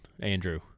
Andrew